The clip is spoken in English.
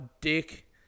dick